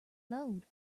load